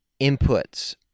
inputs